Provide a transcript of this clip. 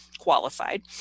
qualified